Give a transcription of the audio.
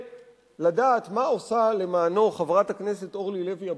לדעת מה עושה למענו חברת הכנסת אורלי לוי אבקסיס,